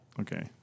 Okay